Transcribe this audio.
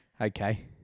Okay